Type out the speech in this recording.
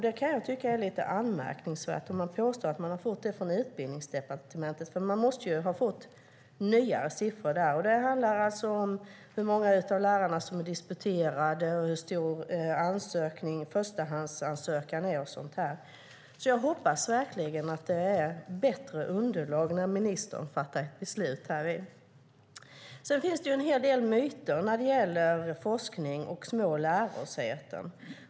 Det kan jag tycka är lite anmärkningsvärt, när de påstår att de har fått siffrorna från Utbildningsdepartementet. Det måste ju finnas nyare siffror där. Det handlar om hur många av lärarna som är disputerade, hur stor andel förstahandsansökningarna är och så vidare. Jag hoppas verkligen att det är bättre underlag när ministern fattar beslut. Det finns en hel del myter när det gäller forskning och små lärosäten.